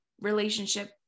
relationship